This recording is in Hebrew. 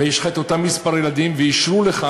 ויש לך אותו מספר ילדים ואישרו לך,